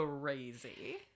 crazy